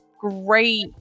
great